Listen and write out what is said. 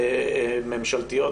ממשלתיות,